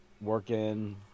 Working